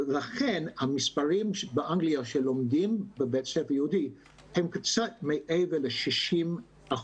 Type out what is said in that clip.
ולכן המספרים באנגליה שלומדים בבית ספר יהודי הם קצת מעבר ל-60%,